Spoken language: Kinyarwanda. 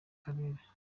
karere